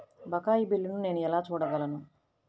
బకాయి బిల్లును నేను ఎలా చూడగలను?